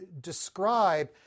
describe